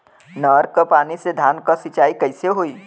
नहर क पानी से धान क सिंचाई कईसे होई?